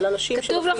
על אנשים שמפעילים